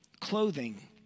clothing